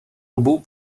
obou